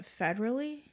federally